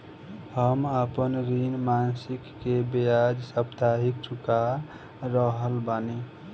हम आपन ऋण मासिक के बजाय साप्ताहिक चुका रहल बानी